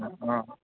অঁ